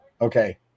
Okay